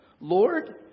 Lord